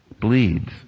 bleeds